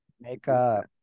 Makeup